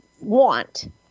want